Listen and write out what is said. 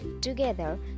together